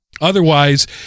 Otherwise